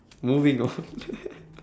moving on